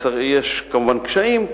יש כמובן קשיים,